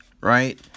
right